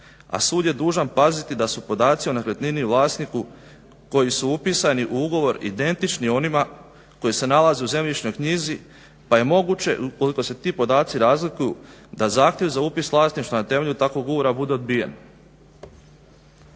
a sud je dužan paziti da su podaci o nekretnini i vlasniku koji su upisani u ugovor identični onima koji se nalaze u zemljišnoj knjizi pa je moguće ukoliko se ti podaci razlikuju da zahtjev za upis vlasništva na temelju takvog ugovora bude odbijen.